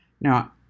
Now